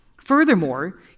Furthermore